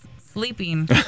sleeping